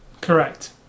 Correct